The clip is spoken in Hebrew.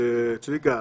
צביקה,